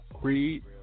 Creed